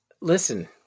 Listen